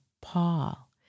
Paul